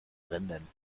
rendern